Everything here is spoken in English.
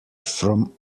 from